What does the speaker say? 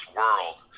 world